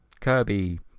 Kirby